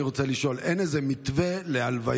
אני רוצה לשאול: אין איזה מתווה להלוויות,